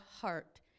heart